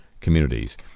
communities